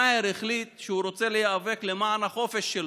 מאהר החליט שהוא רוצה להיאבק למען החופש שלו,